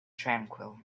tranquil